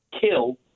Kill